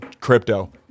crypto